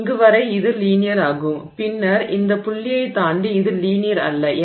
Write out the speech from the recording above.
எனவே இங்கு வரை இது லீனியர் ஆகும் பின்னர் இந்த புள்ளியைத் தாண்டி இது லீனியர் அல்ல